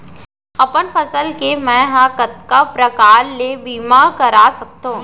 अपन फसल के मै ह कतका प्रकार ले बीमा करा सकथो?